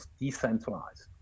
decentralized